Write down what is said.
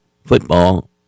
Football